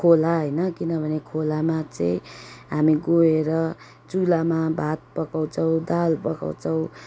खोला होइन किनभने खोलामा चाहिँ हामी गएर चुल्हामा भात पकाउँछौँ दाल पकाउँछौँ